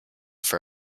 for